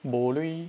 bolui